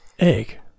Egg